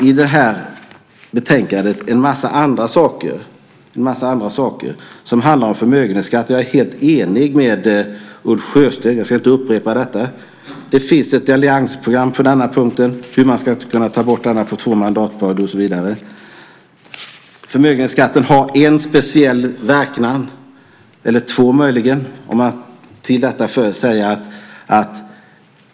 Sedan finns det en massa andra saker i det här betänkandet som handlar om förmögenhetsskatten. Jag är helt enig med Ulf Sjösten. Jag ska inte upprepa det han har sagt. Det finns ett alliansprogram för hur man ska kunna ta bort den på två mandatperioder och så vidare. Förmögenhetsskatten har en speciell verkan eller möjligen två.